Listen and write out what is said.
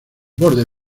borde